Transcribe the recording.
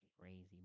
crazy